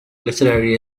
literary